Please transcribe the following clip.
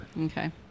Okay